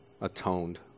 atoned